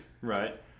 Right